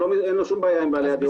אין לו שום בעיה עם בעלי הדירות האחרים.